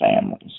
families